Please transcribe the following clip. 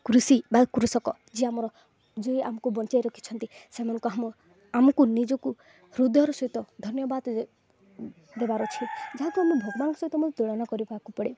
କୃଷି ବା କୃଷକ ଯିଏ ଆମର ଯିଏ ଆମକୁ ବଞ୍ଚାଇ ରଖିଛନ୍ତି ସେମାନଙ୍କୁ ଆମ ଆମକୁ ନିଜକୁ ହୃଦୟର ସହିତ ଧନ୍ୟବାଦ ଦେବାର ଅଛି ଯାହାକୁ ଆମକୁ ଭଗବାନଙ୍କ ସହିତ ଆତ ତୁଳନା କରିବାକୁ ପଡ଼େ